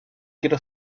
quiero